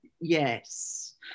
yes